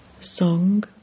Song